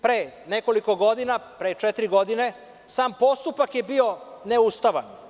Pre nekoliko godina, pre četiri godine sam postupak je bio neustavan.